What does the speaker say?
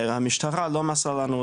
המשטרה לא מסרה לנו,